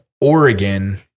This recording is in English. Oregon